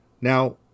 Now